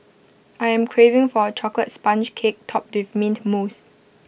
I am craving for A Chocolate Sponge Cake Topped with Mint Mousse